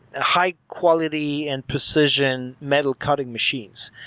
high quality and precision metal cutting machines.